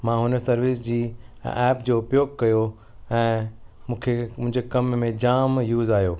मां हुन सर्विस जी ऐप जो उपयोगु कयो ऐं मूंखे मुंहिंजे कम में जाम यूज़ आहियो